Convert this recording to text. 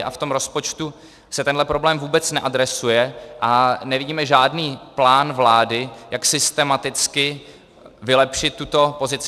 A v tom rozpočtu se tenhle problém vůbec neadresuje a nevidíme žádný plán vlády, jak systematicky vylepšit tuto pozici.